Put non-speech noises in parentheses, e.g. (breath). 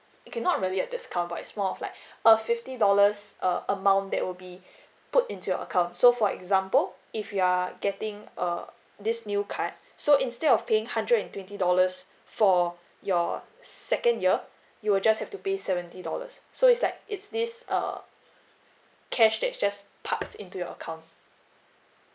it cannot really a discount but it's more of like (breath) a fifty dollars uh amount that will be put into your account so for example if you are getting uh this new card so instead of paying hundred and twenty dollars for your second year you will just have to pay seventy dollars so it's like it's this err cash that is just parked into your account